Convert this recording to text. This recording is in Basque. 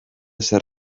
zer